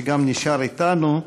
שגם נשאר אתנו.